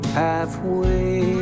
halfway